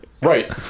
right